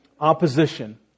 Opposition